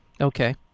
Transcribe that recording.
Okay